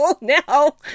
now